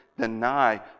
Deny